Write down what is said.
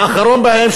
האחרון בהם,